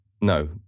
No